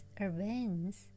events